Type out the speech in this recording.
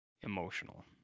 emotional